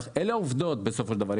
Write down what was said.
אלה העובדות בסופו של דבר.